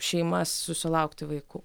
šeimas susilaukti vaikų